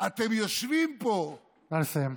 אתם יושבים פה, נא לסיים.